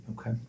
Okay